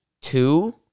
two